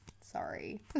sorry